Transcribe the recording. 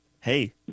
Hey